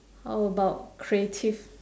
how about creative